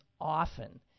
often